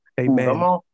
Amen